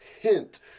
hint